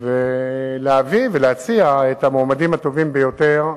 ולהביא ולהציע את המועמדים הטובים ביותר,